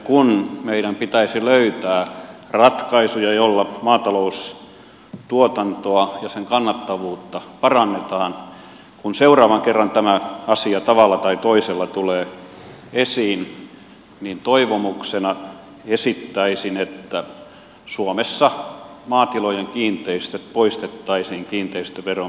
kun meidän pitäisi löytää ratkaisuja joilla maataloustuotantoa ja sen kannattavuutta parannetaan kun seuraavan kerran tämä asia tavalla tai toisella tulee esiin niin toivomuksena esittäisin että suomessa maatilojen kiinteistöt poistettaisiin kiinteistöveron piiristä